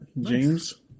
James